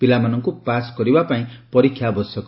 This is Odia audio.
ପିଲାମାନଙ୍ଙୁ ପାସ୍ କରିବାପାଇଁ ପରୀକ୍ଷା ଆବଶ୍ରକ